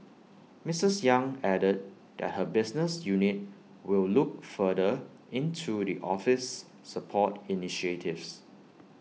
Mrs yang added that her business unit will look further into the office's support initiatives